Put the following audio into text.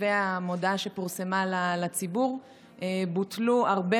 לפי המודעה שפורסמה לציבור בוטלו הרבה